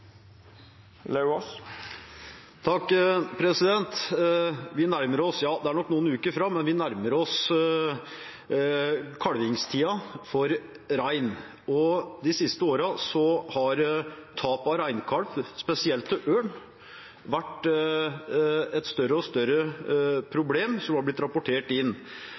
det nok er noen uker til. De siste årene har tap av reinkalv, spesielt til ørn, vært et større og større problem som har blitt rapportert inn.